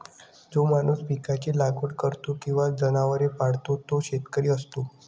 जो माणूस पिकांची लागवड करतो किंवा जनावरे पाळतो तो शेतकरी असतो